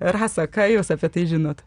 rasa ką jūs apie tai žinot